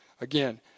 Again